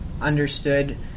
understood